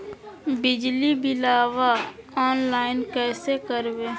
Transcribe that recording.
बिजली बिलाबा ऑनलाइन कैसे करबै?